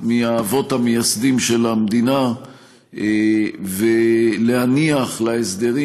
מהאבות המייסדים של המדינה ולהניח להסדרים